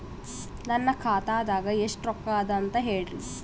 ನನ್ನ ಖಾತಾದಾಗ ಎಷ್ಟ ರೊಕ್ಕ ಅದ ಅಂತ ಹೇಳರಿ?